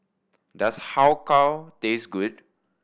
does how kow taste good